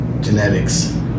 Genetics